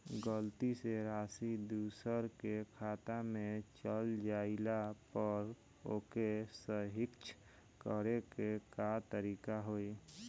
गलती से राशि दूसर के खाता में चल जइला पर ओके सहीक्ष करे के का तरीका होई?